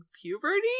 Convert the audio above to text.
puberty